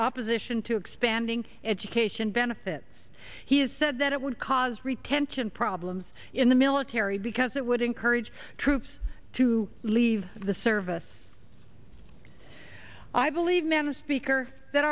opposition to expanding education benefits he has said that it would cause retention problems in the military because it would encourage troops to leave the service i believe man a speaker that